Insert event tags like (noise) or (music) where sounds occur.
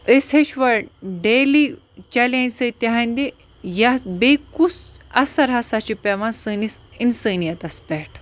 أسۍ ہیٚچھوَ daily challenge سۭتۍ تِہِنٛدِ (unintelligible) بیٚیہِ کُس اَثر ہسا چھِ پٮ۪وان سٲنِس اِنسٲنِیَتَس پٮ۪ٹھ